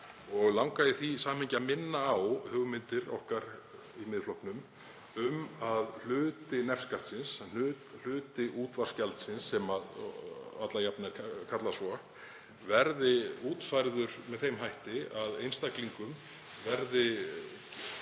Langar mig í því samhengi að minna á hugmyndir okkar í Miðflokknum um að hluti nefskattsins, hluti útvarpsgjaldsins sem alla jafna er kallað svo, verði útfærður með þeim hætti að einstaklingum verði